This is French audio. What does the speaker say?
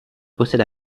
possède